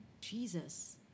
Jesus